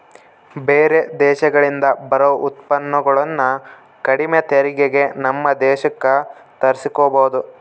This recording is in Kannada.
ಬೇರೆ ದೇಶಗಳಿಂದ ಬರೊ ಉತ್ಪನ್ನಗುಳನ್ನ ಕಡಿಮೆ ತೆರಿಗೆಗೆ ನಮ್ಮ ದೇಶಕ್ಕ ತರ್ಸಿಕಬೊದು